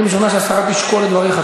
אני משוכנע שהשרה תשקול את דבריך.